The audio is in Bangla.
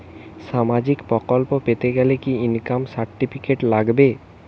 সামাজীক প্রকল্প পেতে গেলে কি ইনকাম সার্টিফিকেট লাগবে?